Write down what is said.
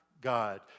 God